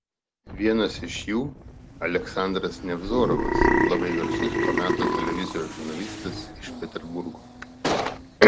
vienas iš jų aleksandras nevzorovas labai garsus to meto televizijos žurnalistas iš peterburgo